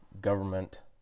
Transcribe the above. government